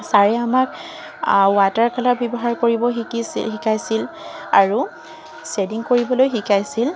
ছাৰে আমাক water colour ব্যৱহাৰ কৰিব শিকিছ শিকাইছিল আৰু শ্বেডিং কৰিবলৈ শিকাইছিল